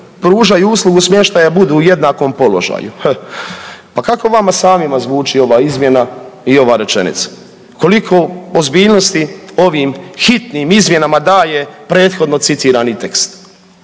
pružaju uslugu smještaja budu u jednakom položaju. H, pa kako vama samima zvuči ova izmjena i ova rečenica, koliko ozbiljnosti ovim hitnim izmjenama daje prethodno citirani tekst?